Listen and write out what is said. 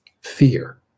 Fear